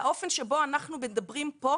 והאופן שבו אנו מדברים פה,